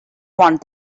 want